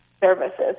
services